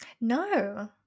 No